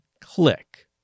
click